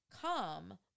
come